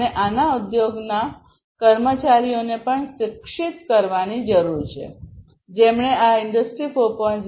અને આને ઉદ્યોગના કર્મચારીઓને પણ શિક્ષિત કરવાની જરૂર છે જેમણે આ ઇન્ડસ્ટ્રી 4